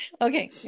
Okay